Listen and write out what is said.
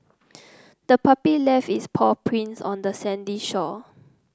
the puppy left its paw prints on the sandy shore